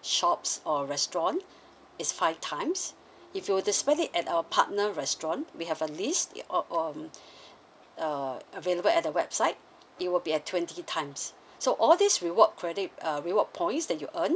shops or restaurant is five times if you were to spend it at our partner restaurant we have a list it or um uh available at the website it will be at twenty times so all this reward credit uh reward points that you earn